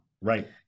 Right